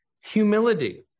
humility